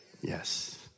Yes